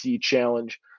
Challenge